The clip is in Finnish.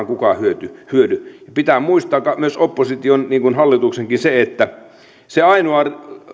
kukaan hyödy pitää muistaa myös opposition niin kuin hallituksenkin se että se ainoa